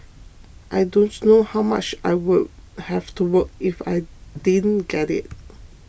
i don't know how much I would have to work if I didn't get it